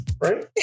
right